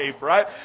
right